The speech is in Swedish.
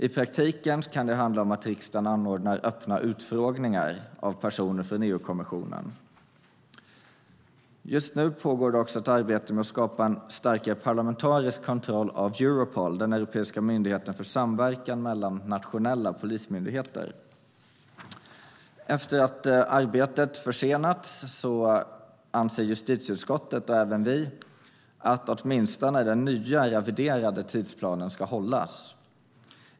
I praktiken kan det handla om att riksdagen anordnar öppna utfrågningar av personer från EU-kommissionen. Just nu pågår det också ett arbete med att skapa en starkare parlamentarisk kontroll av Europol, den europeiska myndigheten för samverkan mellan nationella polismyndigheter. Efter att arbetet försenats anser justitieutskottet, och även vi, att åtminstone den nya, reviderade tidsplanen ska hållas.